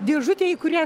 dėžutė į kurią